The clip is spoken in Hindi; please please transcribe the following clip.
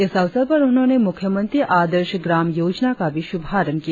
इस अवसर पर उन्होंने मुख्यमंत्री आदर्श ग्राम योजना का भी शुभारंभ किया